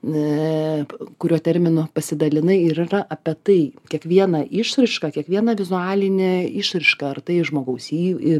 ne kuriuo terminu pasidalinai ir yra apie tai kiekvieną išraišką kiekvieną vizualinę išraišką ar tai žmogaus į įv